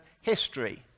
history